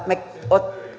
me